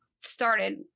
started